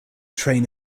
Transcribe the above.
train